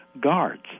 guards